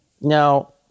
Now